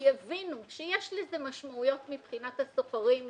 כי הבינו שיש לזה משמעויות מבחינת הסוחרים בפיגומים,